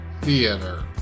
theater